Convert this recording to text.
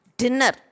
dinner